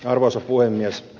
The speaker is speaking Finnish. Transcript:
arvoisa puhemies